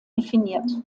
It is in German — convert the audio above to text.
definiert